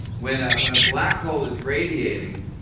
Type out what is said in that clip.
when ah when a black hole is radiating,